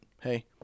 hey